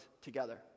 together